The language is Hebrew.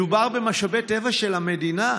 מדובר במשאבי טבע של המדינה.